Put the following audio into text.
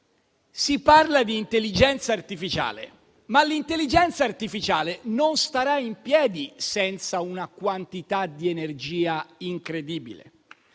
si parla di intelligenza artificiale, ma l'intelligenza artificiale non starà in piedi senza una quantità di energia incredibile